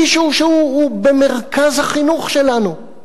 מישהו שהוא במרכז החינוך שלנו.